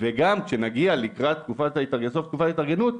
שאושרו אצלנו בהוראת השעה הקודמת.